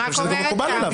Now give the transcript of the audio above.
אני חושב שזה מקובל עליו.